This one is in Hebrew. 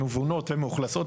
מבונות ומאוכלסות.